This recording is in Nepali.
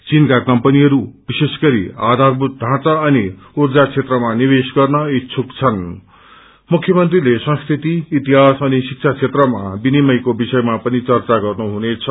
चीनका कम्पनीहरू विशेष गरी आधारभूत ढ़ाँचा अनि ऊर्जा क्षेत्रमा निवेश गर्न इच्छुक छन् मुख्य मंत्रीले संस्कृति इतिहास अनि शिक्षा क्षेत्रमा विनिमयको विषयमा पनि चर्चा गर्नुहुनेछ